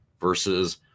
versus –